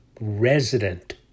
resident